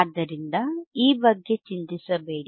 ಆದ್ದರಿಂದ ಈ ಬಗ್ಗೆ ಚಿಂತಿಸಬೇಡಿ